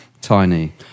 tiny